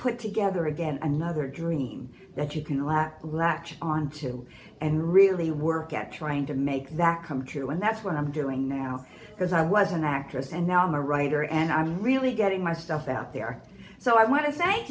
put together again another dream that you can latch latch onto and really work at trying to make that come true and that's what i'm doing now because i was an actress and now i'm a writer and i'm really getting my stuff out there so i want to thank